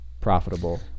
profitable